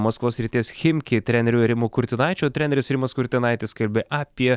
maskvos srities chimki treneriu rimu kurtinaičiu treneris rimas kurtinaitis skelbė apie